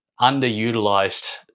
underutilized